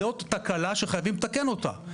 זאת תקלה שחייבים לתקן אותה,